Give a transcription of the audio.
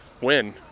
win